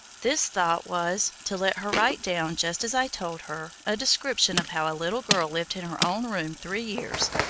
this thought was, to let her write down, just as i told her, a description of how a little girl lived in her own room three years,